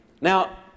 Now